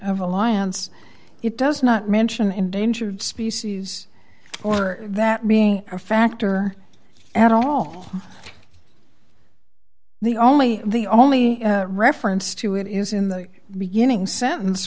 of alliance it does not mention endangered species or that being a factor at all the only the only reference to it is in the beginning sentence